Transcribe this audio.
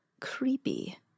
Creepy